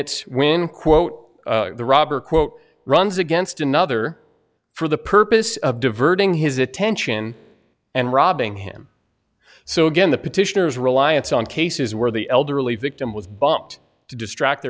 it's when quote the robber quote runs against another for the purpose of diverting his attention and robbing him so again the petitioners reliance on cases where the elderly victim was bumped to distract